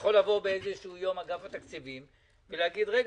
יכול לבוא באיזשהו יום אגף התקציבים ולהגיד: רגע,